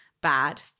bad